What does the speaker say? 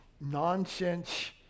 nonsense